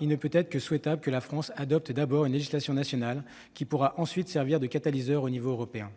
il est souhaitable que la France adopte d'abord une législation nationale, qui pourra ensuite servir de catalyseur au plan européen.